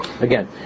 again